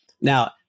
Now